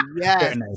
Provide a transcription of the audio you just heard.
yes